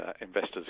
investors